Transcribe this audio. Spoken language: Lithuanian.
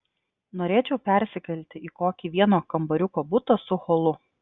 norėčiau persikelti į kokį vieno kambariuko butą su holu